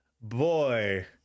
Boy